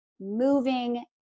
moving